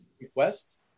request